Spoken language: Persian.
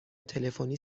تلفنی